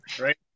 Right